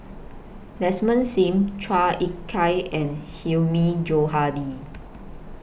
Desmond SIM Chua Ek Kay and Hilmi Johandi